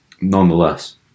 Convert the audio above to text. nonetheless